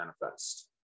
manifest